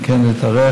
זה כן התארך.